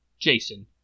Jason